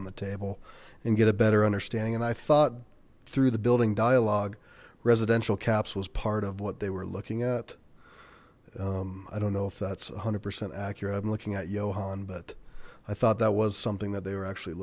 on the table and get a better understanding and i thought through the building dialog residential caps was part of what they were looking at i don't know if that's a hundred percent accurate i'm looking at johan but i thought that was something that they were actually